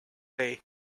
day